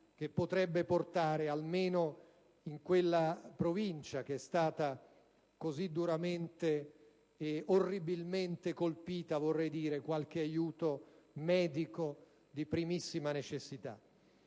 che potrebbe portare almeno in quella provincia, che è stata così duramente ed orribilmente colpita, qualche aiuto medico di primissima necessità.